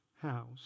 House